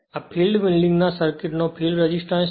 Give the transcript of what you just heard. આ ફિલ્ડ વિન્ડિંગના સર્કિટ નો ફિલ્ડ રેસિસ્ટન્સ છે